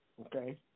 Okay